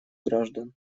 граждан